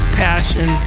passion